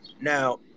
Now